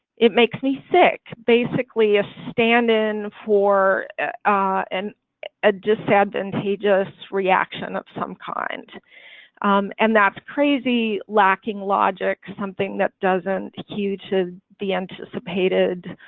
it makes me sick. basically a stand-in for an a disadvantageous reaction of some kind and that's crazy. lacking logic something that doesn't huge is ah the anticipated?